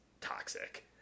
toxic